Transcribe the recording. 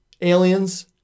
Aliens